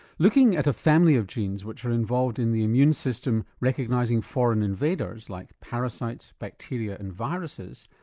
looking at a family of genes which are involved in the immune system recognising foreign invaders like parasites, bacteria and viruses,